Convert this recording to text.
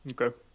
Okay